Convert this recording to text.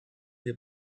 wir